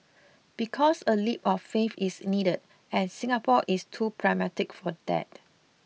because a leap of faith is needed and Singapore is too pragmatic for that